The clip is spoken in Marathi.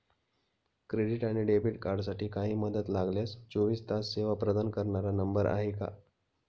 क्रेडिट आणि डेबिट कार्डसाठी काही मदत लागल्यास चोवीस तास सेवा प्रदान करणारा नंबर आहे का?